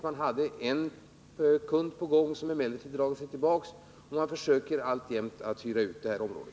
Man hade en kund på gång som emellertid har dragit sig tillbaka, men man försöker alltjämt att hyra ut lokalen.